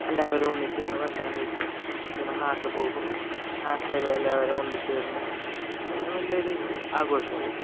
എല്ലാവരും ഒന്നിച്ചിരുന്നു ഭക്ഷണം കഴിക്കും പിന്നെ നാട്ടിൽ പോകും നാട്ടിലെല്ലാവരും ഒന്നിച്ചിരുന്ന് അതെല്ലാം വലിയൊരു ആഘോഷമല്ലേ